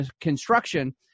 Construction